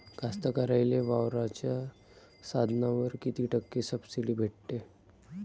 कास्तकाराइले वावराच्या साधनावर कीती टक्के सब्सिडी भेटते?